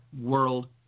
world